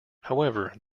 however